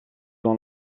dans